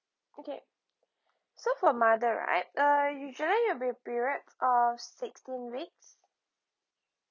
okay so for mother right uh usually it'll be a period of sixteen weeks